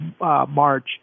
March